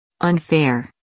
Unfair